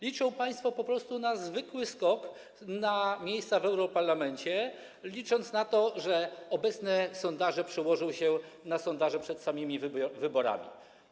Liczą państwo po prostu na zwykły skok na miejsca w europarlamencie, sądząc, że obecne sondaże przełożą się na sondaże przed samymi wyborami.